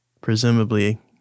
Presumably